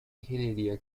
ingeniería